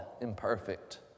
imperfect